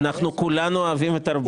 כולנו אוהבים את ארבל.